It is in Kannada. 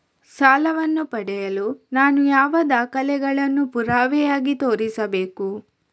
ಸಾಲವನ್ನು ಪಡೆಯಲು ನಾನು ಯಾವ ದಾಖಲೆಗಳನ್ನು ಪುರಾವೆಯಾಗಿ ತೋರಿಸಬೇಕು?